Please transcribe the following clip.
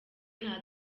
nta